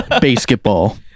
basketball